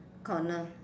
corner